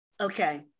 Okay